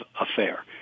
Affair